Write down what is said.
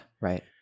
Right